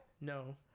no